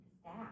staff